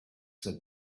said